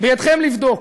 בידכם לבדוק,